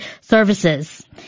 services